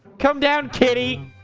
come down kitty.